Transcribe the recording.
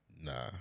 Nah